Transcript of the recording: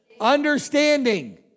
Understanding